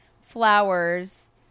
flowers